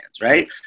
right